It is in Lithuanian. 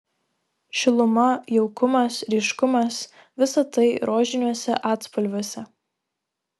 šiluma jaukumas ryškumas visa tai rožiniuose atspalviuose